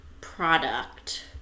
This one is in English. product